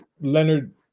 Leonard